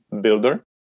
builder